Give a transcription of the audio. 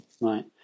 Right